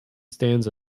stands